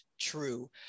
true